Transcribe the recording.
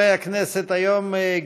דברי הכנסת חוברת ט' ישיבה שפ"ז הישיבה